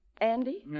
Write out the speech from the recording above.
Andy